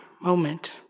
moment